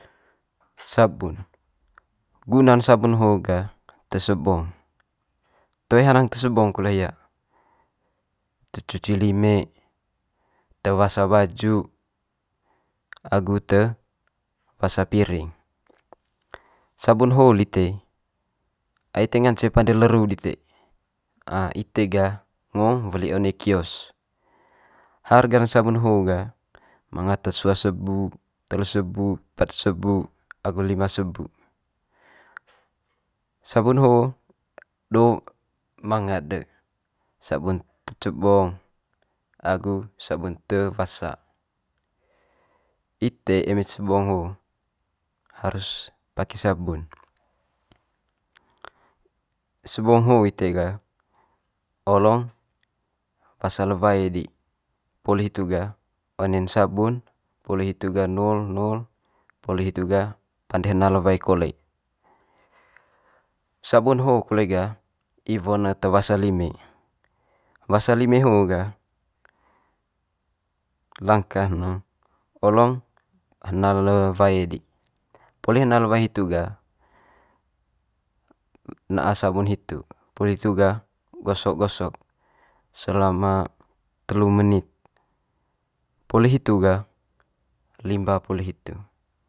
sabun guna'n sabun ho ga te sebong. Toe hanang te sebong kole hia te cuci lime, te wasa baju agu te wasa piring. Sabun ho'o lite ai te ngance pande le ru dite ite gah ngo weli one kios. Harga'n ne sabun ho gah manga ata sua sebu, telu sebu, pat sebu agu lima sebu. Sabun ho do manga'd de sabun te cebong agu sabn te wasa, ite eme cebong ho harus pake sabun sebong ho ite gah olong wasa le wae di, poli hitu gah one'n sabun, poli hitu gah nul nul, poli hitu gah pande hena le wae kole. Sabun ho kole ga iwo'n ne te wasa lime, wasa lime ho'o gah langkah ne olong hena le wae di, poli hena le wae hitu ga na'a sabun hitu poli hitu ga gosok gosok selama telu menit. Poli hitu gah limba poli hitu.